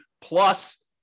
plus